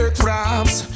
traps